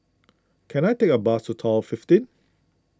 can I take a bus to Tower fifteen